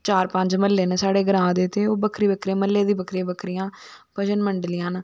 चार पंज म्हले न साढ़े ग्रां च ते ओह् बक्खरे बक्खरे म्हले दियां बक्खरियां बक्खरियां भजन मंडलियां न